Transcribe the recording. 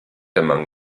among